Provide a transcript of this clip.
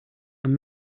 i’m